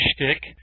shtick